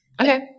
Okay